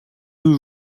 deux